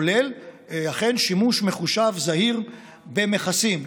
כולל שימוש מחושב וזהיר במכסים.